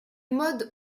mode